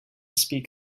speak